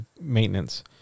maintenance